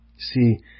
See